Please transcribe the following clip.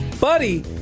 buddy